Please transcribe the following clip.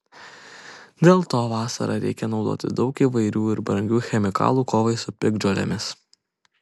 dėl to vasarą reikia naudoti daug įvairių ir brangių chemikalų kovai su piktžolėmis